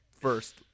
first